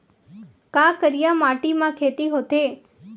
का करिया माटी म खेती होथे?